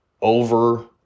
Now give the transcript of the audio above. over